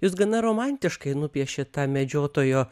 jūs gana romantiškai nupiešėt tą medžiotojo